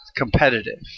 competitive